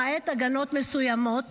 למעט הגנות מסוימות